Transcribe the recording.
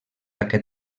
aquest